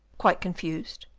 quite confused.